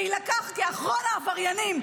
להילקח כאחרון העבריינים.